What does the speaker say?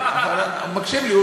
אבל הוא מקשיב לי,